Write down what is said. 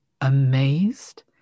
amazed